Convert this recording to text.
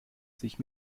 sich